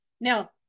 Now